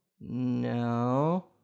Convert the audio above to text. no